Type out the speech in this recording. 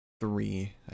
Three